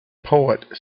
poet